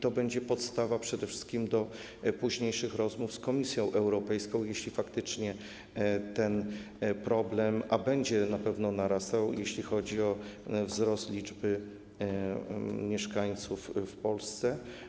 To będzie podstawą przede wszystkim do późniejszych rozmów z Komisją Europejską, jeśli faktycznie ten problem będzie narastał, a na pewno będzie, jeśli chodzi o wzrost liczby mieszkańców Polski.